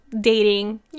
dating